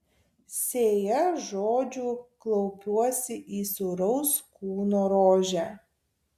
sėja žodžių klaupiuosi į sūraus kūno rožę